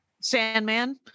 Sandman